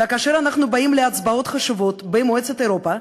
וכאשר אנחנו באים להצבעות חשובות במועצת אירופה,